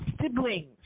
siblings